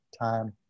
time